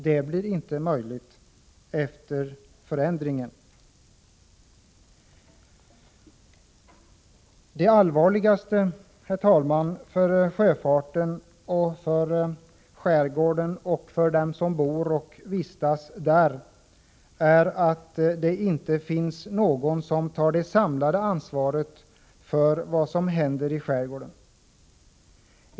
Det blir inte möjligt efter förändringen. Det allvarligaste, herr talman, för sjöfarten, för skärgården och för den som bor och vistas där är att det inte finns någon som tar det samlade ansvaret för vad som händer i skärgården.